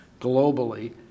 globally